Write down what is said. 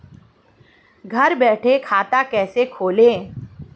घर बैठे खाता कैसे खोलें?